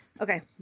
Okay